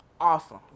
Awesome